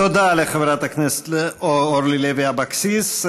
תודה לחברת הכנסת אורלי לוי אבקסיס.